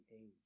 age